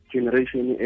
Generation